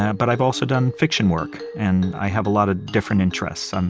and but i've also done fiction work. and i have a lot of different interests. and